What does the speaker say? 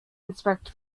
inspect